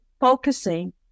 focusing